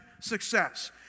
Success